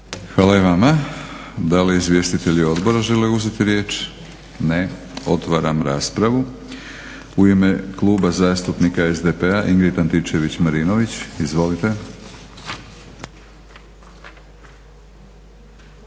Hvala i vama. Da li izvjestitelji odbora žele uzeti riječ? Ne. Otvaram raspravu. U ime Kluba zastupnika SDP-a Ingrid Antičević-Marinović, izvolite.